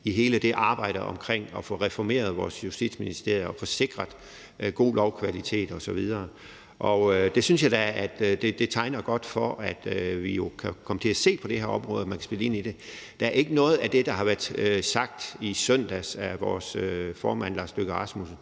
i hele det arbejde med at få reformeret vores Justitsministerium og få sikret god lovkvalitet osv. Jeg synes da, det tegner godt i forhold til at kunne komme til at se på det her område og spille ind i det. Der er ikke noget af det, der har været sagt i søndags af vores formand, Lars Løkke Rasmussen,